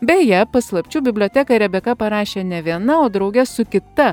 beje paslapčių biblioteką rebeka parašė ne viena o drauge su kita